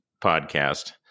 podcast